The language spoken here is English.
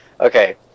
Okay